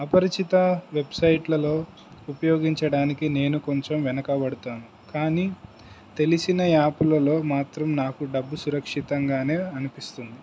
అపరిచిత వెబ్సైట్లలో ఉపయోగించడానికి నేను కొంచెం వెనకబడతాను కానీ తెలిసిన యాప్లలో మాత్రం నాకు డబ్బు సురక్షితంగానే అనిపిస్తుంది